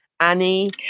Annie